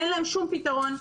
אין לה שום פתרון,